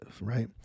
Right